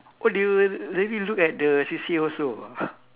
!wah! they will really look at the C_C_A also ah